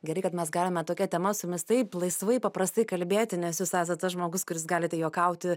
gerai kad mes galime tokia tema su jumis taip laisvai paprastai kalbėti nes jūs esat tas žmogus kuris galite juokauti